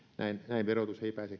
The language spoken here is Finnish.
näin verotus ei pääse